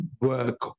work